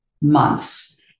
months